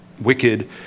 wicked